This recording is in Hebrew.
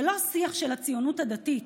זה לא השיח של הציונות הדתית,